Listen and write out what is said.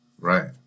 Right